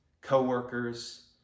co-workers